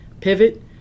pivot